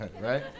right